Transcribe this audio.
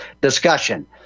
discussion